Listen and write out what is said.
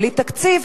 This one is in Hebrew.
בלי תקציב,